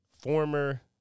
Former